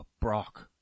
brock